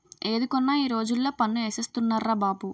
ఏది కొన్నా ఈ రోజుల్లో పన్ను ఏసేస్తున్నార్రా బాబు